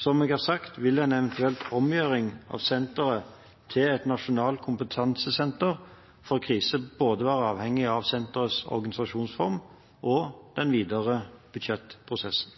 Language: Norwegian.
Som jeg har sagt, vil en eventuell omgjøring av senteret til et nasjonalt kompetansesenter for kriser være avhengig både av senterets organisasjonsform og av den videre budsjettprosessen.